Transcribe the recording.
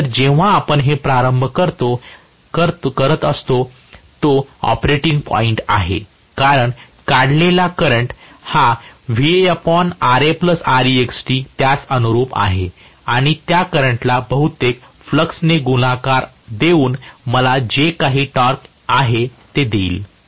तर जेव्हा आपण हे प्रारंभ करत असतो तो ऑपरेटिंग पॉईंट आहे कारण काढलेला करंट त्यास अनुरुप आहे आणि त्या करंटला बहुतेक फ्लॅक्स ने गुणाकार देऊन मला जे काही टॉर्क आहे ते देईल